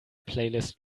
playlist